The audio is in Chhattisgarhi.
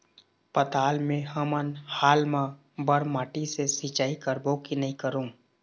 पताल मे हमन हाल मा बर माटी से सिचाई करबो की नई करों?